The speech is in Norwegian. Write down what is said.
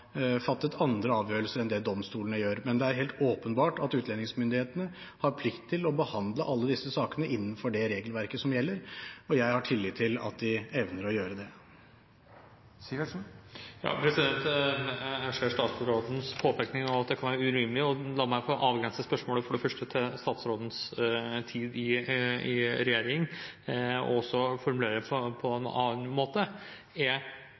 fattet andre avgjørelser enn det domstolene gjør. Men det er helt åpenbart at utlendingsmyndighetene har plikt til å behandle alle disse sakene innenfor det regelverket som gjelder, og jeg har tillit til at de evner å gjøre det. Jeg skjønner statsrådens påpekning av at det kan være urimelig. La meg få avgrense spørsmålet for det første til statsrådens tid i regjering og så formulere det på en annen måte. Er